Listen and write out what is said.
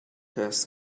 has